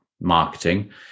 marketing